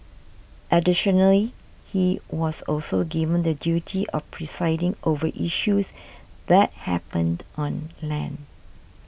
additionally he was also given the duty of presiding over issues that happened on land